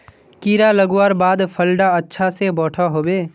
कीड़ा लगवार बाद फल डा अच्छा से बोठो होबे?